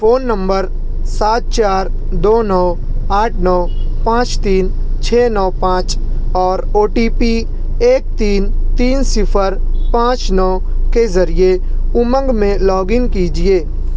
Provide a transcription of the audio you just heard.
phone number سات چار دو نو آٹھ نو پانچ تین چھ نو پانچ اور او ٹی پی ایک تین تین صفر پانچ نو کے ذریعے امنگ میں لاگ ان کیجیے